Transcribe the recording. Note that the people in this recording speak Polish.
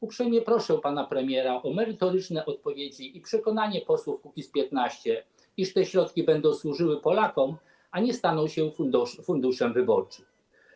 Uprzejmie proszę pana premiera o merytoryczne odpowiedzi i przekonanie posłów Kukiz’15, iż te środki będą służyły Polakom, a nie staną się funduszem wyborczym.